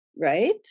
Right